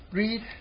read